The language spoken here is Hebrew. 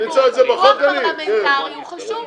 פיקוח פרלמנטרי הוא חשוב.